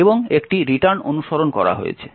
এবং একটি রিটার্ন অনুসরণ করা হয়েছে